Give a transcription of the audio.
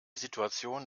situation